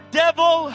devil